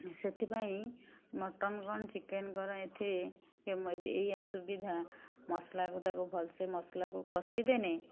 ସେଥିପାଇଁ ମଟନ୍ କଣ ଚିକେନ୍ କଣ ଏଥିରେ ଏଇଆ ସୁବିଧା ମସାଲାକୁ ତାକୁ ଭଲସେ ମସଲାକୁ କଷିଦେନେ